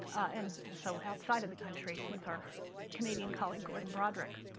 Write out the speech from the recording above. and also outside of the country with our canadian colleague gordon broderick.